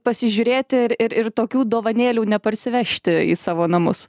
pasižiūrėti ir ir tokių dovanėlių neparsivežti į savo namus